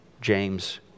James